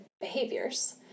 behaviors